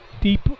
deep